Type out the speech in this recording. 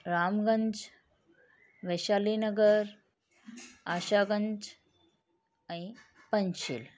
Ramganj Vaishali Nagar Ashaganj ऐं पंजशील